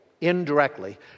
indirectly